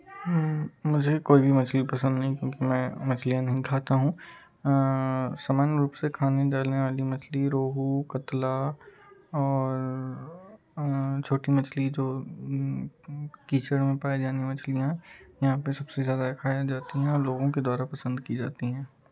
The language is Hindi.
मुझे कोई भी मछली पसंद नहीं क्योंकि मैं मछलीयाँ नहीं खाता हूँ समान रूप से खाने जाने वाली मछली रोहू क्त्ला और छोटी मछली जो कीचड़ में पाए जाने मछलियाँ हैं यहाँ पे सबसे ज़्यादा खाया जाती हैं और लोगों के द्वारा पसंद की जाती हैं